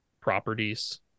properties